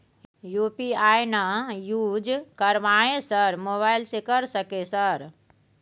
UPI ना use करवाएं sir mobile से कर सके सर?